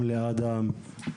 גם לאדם,